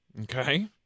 Okay